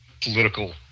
political